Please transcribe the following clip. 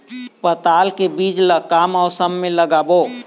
पताल के बीज ला का मौसम मे लगाबो?